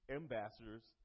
ambassadors